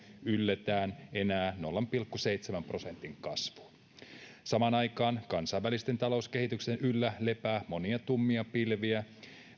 ylletään enää nolla pilkku seitsemän prosentin kasvuun samaan aikaan kansainvälisen talouskehityksen yllä lepää monia tummia pilviä